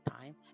time